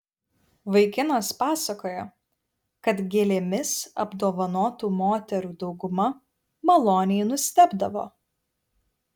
vaikinas pasakojo kad gėlėmis apdovanotų moterų dauguma maloniai nustebdavo